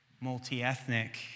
multi-ethnic